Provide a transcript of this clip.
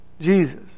Jesus